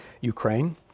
Ukraine